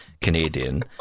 Canadian